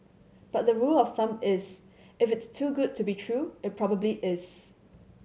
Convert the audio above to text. but the rule of thumb is if it's too good to be true it probably is